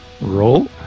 roll